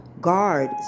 Guard